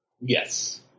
Yes